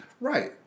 right